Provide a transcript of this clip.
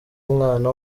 umwana